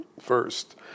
first